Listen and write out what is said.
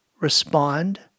respond